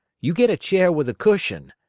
you get a chair with a cushion.